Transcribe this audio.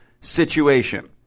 situation